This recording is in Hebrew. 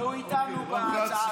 הוא איתנו בהצעה הזאת.